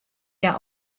hja